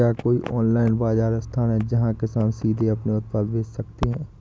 क्या कोई ऑनलाइन बाज़ार स्थान है जहाँ किसान सीधे अपने उत्पाद बेच सकते हैं?